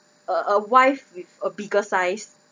uh a wife with a bigger size